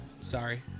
sorry